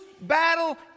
battle